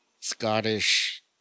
Scottish